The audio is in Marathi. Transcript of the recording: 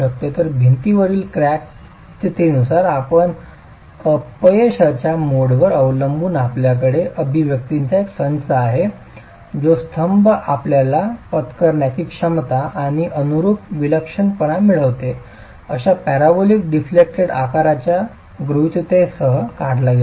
तर भिंतीवरील क्रॅक स्थितीनुसार आणि अपयशाच्या मोडवर अवलंबून आपल्याकडे अभिव्यक्तींचा एक संच आहे जो स्तंभ आपल्याला पत्करण्याची क्षमता आणि अनुरुप विलक्षणपणा मिळविते अशा पॅराबोलिक डिफ्लेक्टेड आकाराच्या गृहीतनेसह काढला गेला आहे